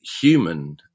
human